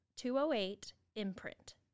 208-IMPRINT